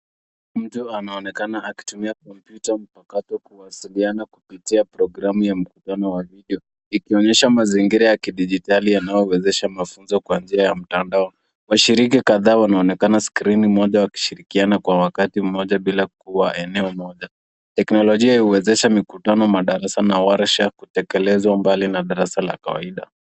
Mtu anaonekana akitumia kompyuta mpakato kuwasiliana kupitia programu ya mawasiliano wa video ikionyesha mazingira ya kidijitali yanayowezesha mafunzo kwa njia ya mtandao. Washiriki kadhaa wanaonekana skrini moja wakishirikiana kwa wakati mmoja bila kuwa eneo moja. Teknolojia hii huwezesha mikutano, madarasa na warsha kutekelezwa mbali na darasa la kawaida.